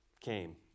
came